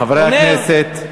חברי הכנסת.